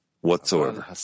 whatsoever